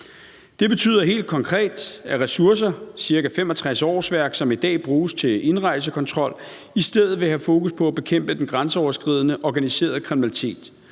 Det betyder helt konkret, at ressourcer – ca. 65 årsværk – som i dag bruges til indrejsekontrol, i stedet vil anvendes til at have fokus på at bekæmpe den grænseoverskridende organiserede kriminalitet.